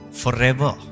forever